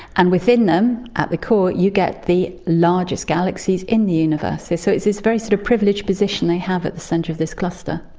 and within them at the core you get the largest galaxies in the universe. so it's this very sort of privileged position they have at the centre of this cluster.